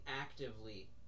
actively